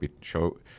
show